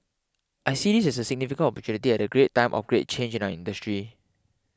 I see this as a significant opportunity at a great time of great change in our industry